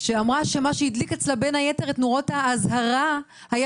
שאמרה שמה שהדליק אצלה בין היתר את נורות האזהרה היה